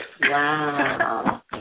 Wow